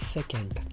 Second